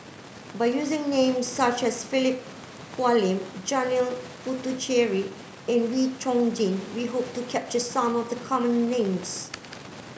by using names such as Philip Hoalim Janil Puthucheary and Wee Chong Jin we hope to capture some of the common names